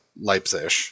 Leipzig